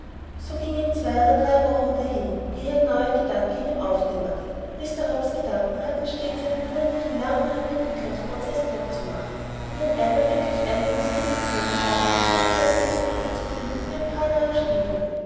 so gingen zwei oder drei wochen dahin ehe ein neuer gedanke in ihm aufdämmerte mr hobbs gedanken hatten stets einen gründlichen langwierigen entwickelungsprozeß durchzumachen und wenn einmal wirklich einer ins leben getreten war pflegte er ihn so unbequem zu finden wie ein paar neuer stiefel